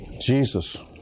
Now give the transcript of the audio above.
Jesus